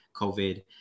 COVID